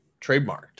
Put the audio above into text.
trademarked